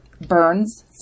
burns